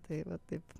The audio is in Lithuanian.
tai va taip